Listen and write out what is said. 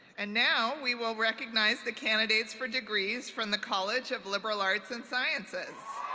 and now we will recognize the candidates for degrees from the college of liberal arts and sciences.